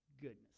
goodness